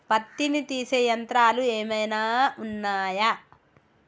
పత్తిని తీసే యంత్రాలు ఏమైనా ఉన్నయా?